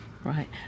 Right